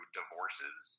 divorces